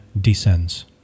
descends